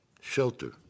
shelter